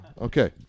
Okay